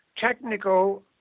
technical